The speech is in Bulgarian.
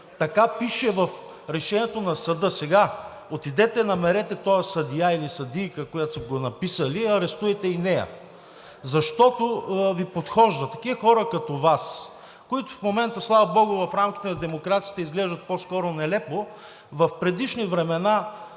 Така пише в решението на съда. Сега, отидете, намерете този съдия или съдийка, които са го написали – арестувайте и нея, защото Ви подхожда. Такива хора като Вас, които в момента, слава богу, в рамките на демокрацията изглеждат по-скоро нелепо, в предишни времена